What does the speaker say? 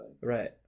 Right